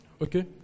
Okay